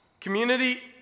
Community